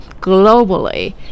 globally